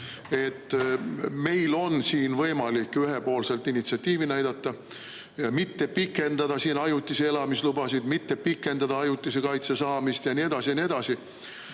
Meil on siin võimalik ühepoolselt initsiatiivi näidata ja mitte pikendada ajutise elamise lubasid, mitte pikendada ajutise kaitse saamist ja nii edasi